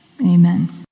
Amen